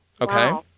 Okay